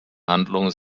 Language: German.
handlung